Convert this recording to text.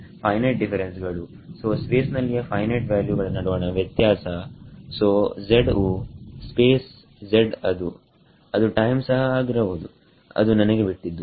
five night difference ಗಳು so space ನಲ್ಲಿಯ finite value ಗಳ ನಡುವಣ ವ್ಯತ್ಯಾಸ ಸೋz ವು ಸ್ಪೇಸ್ z ಅದು ಟೈಮ್ ಸಹ ಆಗಿರಬಹುದು ಅದು ನನಗೇ ಬಿಟ್ಟಿದ್ದು